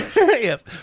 Yes